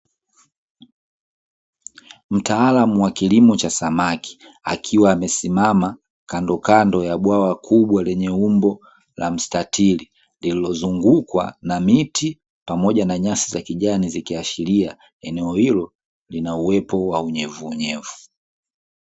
Mtaalamu wa Kilimo cha samaki akiwa amesimama kandokando ya bwawa kubwa lenye umbo la mstatiri lililozungukwa na miti pamoja na nyasi za kijani zikiashiria eneo hilo linauwepo wa unyevunyevu.